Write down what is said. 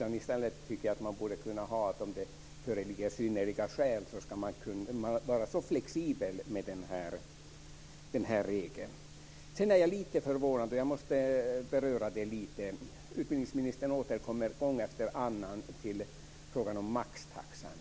I stället tycker jag att om det föreligger synnerliga skäl skulle det gå att vara flexibel med regeln. Jag är lite förvånad över följande. Utbildningsministern återkommer gång efter annan till frågan om maxtaxan.